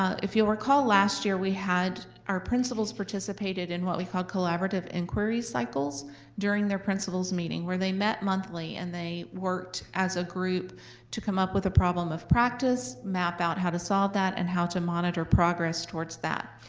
if you recall, last year we had our principals participated in what we call collaborative inquiry cycles during their principals meeting, where they met monthly and they worked as a group to come up with a problem of practice, map out how to solve that, and how to monitor progress towards that.